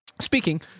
Speaking